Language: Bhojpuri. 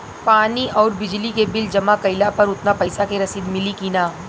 पानी आउरबिजली के बिल जमा कईला पर उतना पईसा के रसिद मिली की न?